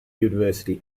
university